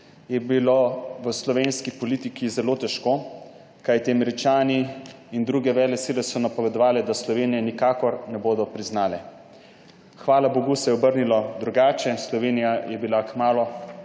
je bilo v slovenski politiki zelo težko, kajti Američani in druge velesile so napovedovali, da Slovenije nikakor ne bodo priznali. Hvala bogu se je obrnilo drugače, Slovenija je bila dokaj